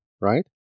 right